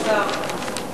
אדוני שר האוצר,